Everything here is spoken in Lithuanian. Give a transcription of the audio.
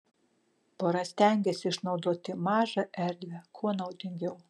pora stengėsi išnaudoti mažą erdvę kuo naudingiau